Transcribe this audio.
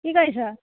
কি কৰিছ